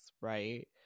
right